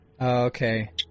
Okay